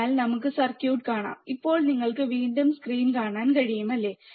അതിനാൽ നമുക്ക് സർക്യൂട്ട് കാണാം ഇപ്പോൾ നിങ്ങൾക്ക് വീണ്ടും സ്ക്രീൻ കാണാൻ കഴിയും അല്ലേ